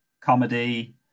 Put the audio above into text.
comedy